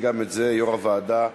גם את זה יציג יושב-ראש הוועדה,